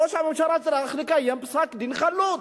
ראש הממשלה צריך לקיים פסק-דין חלוט.